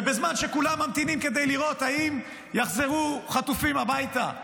ובזמן שכולם ממתינים כדי לראות אם יחזרו חטופים הביתה,